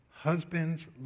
Husbands